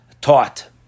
taught